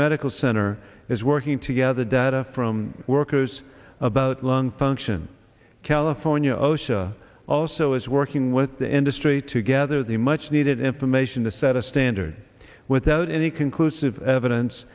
medical center is working together data from workers about lung function california osha also is working with the industry to gather the much needed information to set a standard without any conclusive evidence